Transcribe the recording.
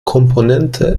komponente